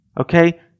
Okay